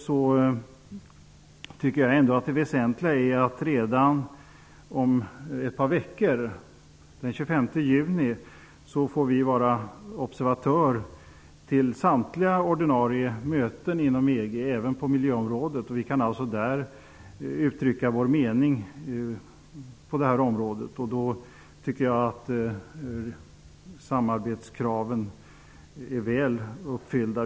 Jag tycker att det är väsentligt att Sverige redan om ett par veckor, den 25 juni, får vara observatör vid samtliga ordinarie möten inom EU, även på miljöområdet. Vi kan alltså där uttrycka vår mening på det här området. Då tycker jag att samarbetskraven är väl uppfyllda.